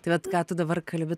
tai vat ką tu dabar kalbi